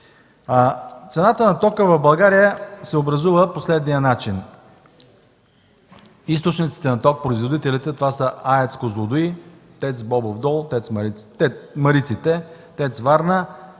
Цената на тока в България се образува по следния начин. Източниците на ток – производителите, са АЕЦ „Козлодуй”, ТЕЦ „Бобов дол”, ТЕЦ-мариците, ТЕЦ „Варна”